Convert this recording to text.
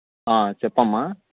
చెప్పమ్మా